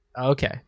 Okay